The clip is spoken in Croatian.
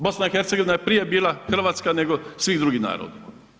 BiH je prije bila Hrvatska nego svi drugi narodi.